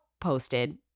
posted